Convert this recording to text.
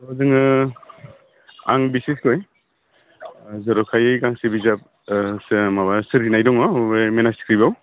दा जोङो आं बिसेसकय जर'खायै गांसे बिजाब माबा सोरजिनाय दङ बे मेनुस्क्रिप्टआव